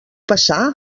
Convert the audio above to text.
passar